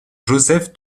joseph